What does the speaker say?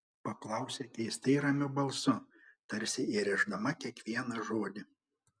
paklausė keistai ramiu balsu tarsi įrėždama kiekvieną žodį